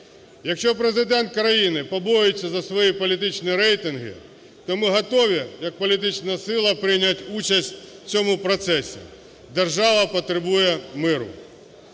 Якщо Президент країни побоюється за свої політичні рейтинги, то ми готові як політична сила прийняти участь в цьому процесі. Держава потребує миру.